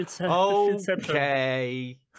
Okay